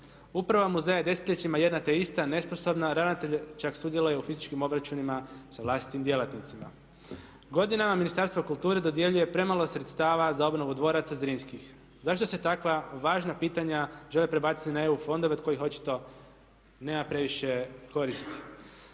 Uprava muzeja je desetljećima jedno te ista, nesposobna, ravnatelj čak sudjeluje u fizičkim obračunima sa vlastitim djelatnicima. Godinama Ministarstvo kulture dodjeljuje premalo sredstava za obnovu dvoraca Zrinskih. Zašto se takva važna pitanja žele prebaciti na EU fondove od kojih očito nema previše koristi.